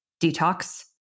detox